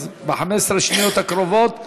אז ב-15 השניות הקרובות.